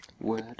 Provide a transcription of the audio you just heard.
Word